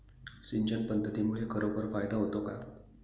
सिंचन पद्धतीमुळे खरोखर फायदा होतो का?